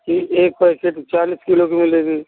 ठीक एक पैंसठ वह चालीस किलो की मिलेगी